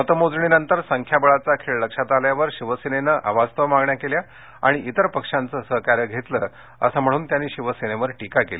मतमोजणीनंतर संख्याबळाचा खेळ लक्षात आल्यावर शिवसेनेने अवास्तव मागण्या केल्या आणि इतर पक्षांचं सहकार्य घेतलं असं म्हणून त्यांनी शिवसेनेवर टीका केली